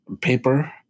paper